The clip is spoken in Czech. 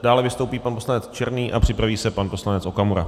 Dále vystoupí pan poslanec Černý a připraví se pan poslanec Okamura.